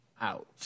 out